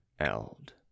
eld